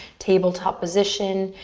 tabletop position.